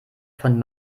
von